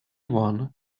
one